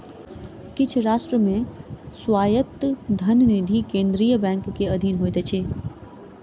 किछ राष्ट्र मे स्वायत्त धन निधि केंद्रीय बैंक के अधीन होइत अछि